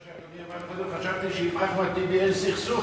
לפי מה שאדוני אמר חשבתי שעם אחמד טיבי אין סכסוך,